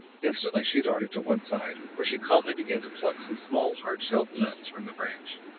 instantly she darted to one side, where she calmly began to pluck some small, hard-shelled nuts from the branch,